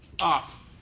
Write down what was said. off